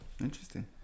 Interesting